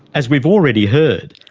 as we've already heard,